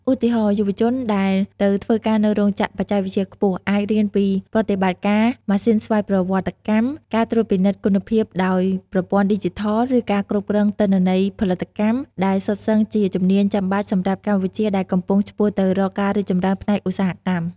ឧទាហរណ៍ យុវជនដែលទៅធ្វើការនៅរោងចក្របច្ចេកវិទ្យាខ្ពស់ អាចរៀនពីប្រតិបត្តិការម៉ាស៊ីនស្វ័យប្រវត្តិកម្ម ការត្រួតពិនិត្យគុណភាពដោយប្រព័ន្ធឌីជីថល ឬការគ្រប់គ្រងទិន្នន័យផលិតកម្ម ដែលសុទ្ធសឹងជាជំនាញចាំបាច់សម្រាប់កម្ពុជាដែលកំពុងឆ្ពោះទៅរកការរីកចម្រើនផ្នែកឧស្សាហកម្ម។